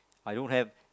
I don't have